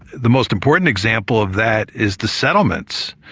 the most important example of that is the settlements.